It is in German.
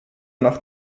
nach